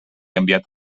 enviat